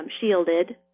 shielded